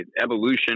evolution